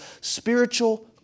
Spiritual